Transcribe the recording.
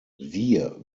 wir